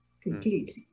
completely